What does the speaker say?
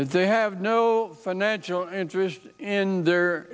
they have no financial interest in their